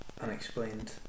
unexplained